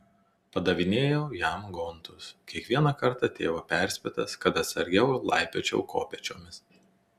padavinėjau jam gontus kiekvieną kartą tėvo perspėtas kad atsargiau laipiočiau kopėčiomis